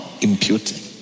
imputing